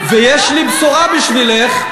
ויש לי בשורה בשבילך,